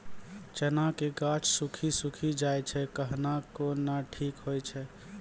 चना के गाछ सुखी सुखी जाए छै कहना को ना ठीक हो छै?